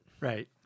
Right